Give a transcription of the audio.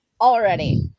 already